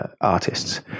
artists